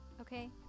okay